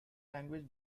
language